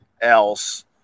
else